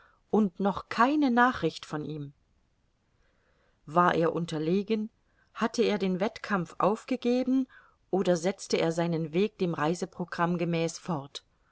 und noch keine nachricht von ihm war er unterlegen hatte er den wettkampf aufgegeben oder setzte er seinen weg dem reiseprogramm gemäß fort